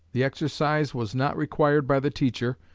the exercise was not required by the teacher,